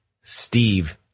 Steve